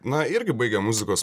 na irgi baigę muzikos